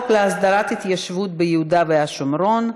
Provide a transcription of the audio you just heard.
להסדרת ההתיישבות ביהודה והשומרון,